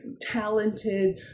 talented